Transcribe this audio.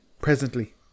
presently